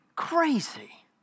crazy